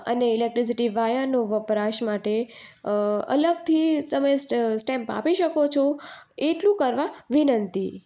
અને ઇલેકટ્રીસિટી વાયરનો વપરાશ માટે અલગથી તમે સ્ટેમ્પ આપી શકો છો એટલું કરવા વિનંતી